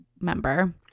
member